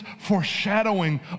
foreshadowing